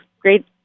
great